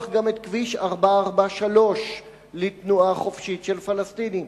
גם את כביש 443 לתנועה חופשית של פלסטינים.